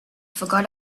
forgot